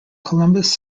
columbus